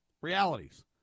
realities